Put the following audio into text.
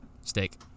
Steak